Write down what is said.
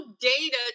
data